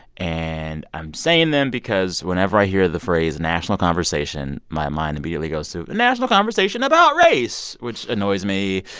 and i'm saying them because whenever i hear the phrase national conversation, my mind immediately goes to a national conversation about race, which annoys me.